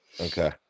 okay